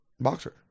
Boxer